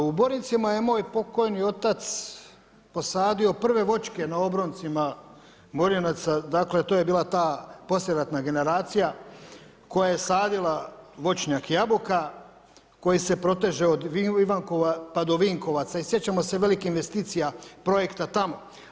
U Borincima je moj pokojni otac posadi prve voćke na obroncima ... Dakle, to je bila ta poslijeratna generacija koja je sadila voćnjak jabuka koji se proteže od Ivankova pa do Vinkovaca i sjećamo se velikih investicija projekta tamo.